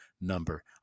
number